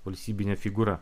valstybinė figūra